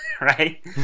Right